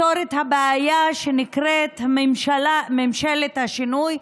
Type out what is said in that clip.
לפתור את הבעיה שנקראת "ממשלת השינוי",